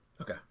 Okay